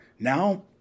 Now